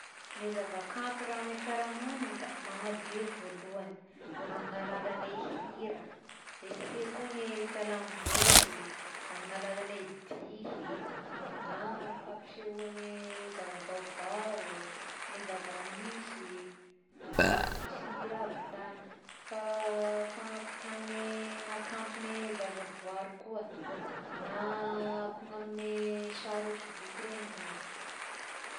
Ny zavakanto raha amy fiarahamognina da manabe vôlohagny amign'ny alalan'ne hira, esia koa ny fialaham-boly amin'ny alalan'ne dihy na fampisehoagne zava-baovao, ny zavamisy, amin'ny dihy sy hira aby izagny fa- fagnampitagny ny hakantogny zavaboary koa, na akogny amy sary hosodoko regny zagny.